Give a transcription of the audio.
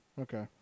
Okay